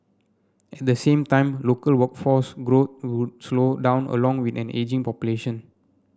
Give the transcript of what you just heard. at the same time local workforce growth would slow down along with an ageing population